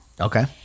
Okay